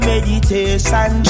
Meditation